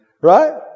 Right